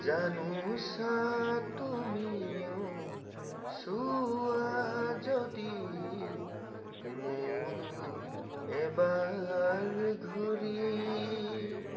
জানোছা তুমি চোৱা যদি মোলৈ এবাৰ ঘূৰি